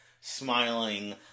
smiling